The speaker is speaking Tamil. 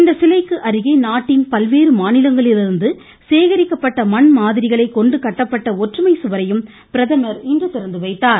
இந்த சிலைக்கு அருகே நாட்டின் பல்வேறு மாநிலங்களிலிருந்து சேகரிக்கப்பட்ட மண் மாதிரிகளை கொண்டு கட்டப்பட்ட ஒற்றுமை சுவரையும் பிரதமர் இன்று திறந்துவைத்தார்